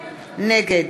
נגד